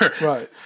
Right